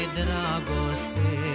dragoste